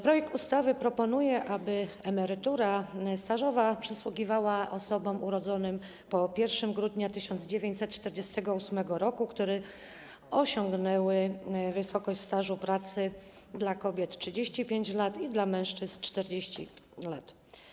Projekt ustawy proponuje, aby emerytura stażowa przysługiwała osobom urodzonym po 1 grudnia 1948 r., które osiągnęły wysokość stażu pracy dla kobiet - 35 lat i dla mężczyzn - 40 lat.